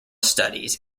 studies